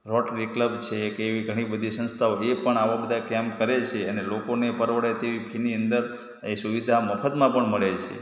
Rotary Club છે કે એવી ઘણી બધી સંસ્થાઓ એ પણ આવા બધા કૅમ્પ કરે છે અને લોકોને પરવડે તેવી ફીની અંદર એ સુવિધા મફતમાં પણ મળે છે